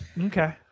okay